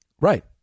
Right